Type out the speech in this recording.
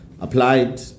Applied